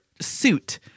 suit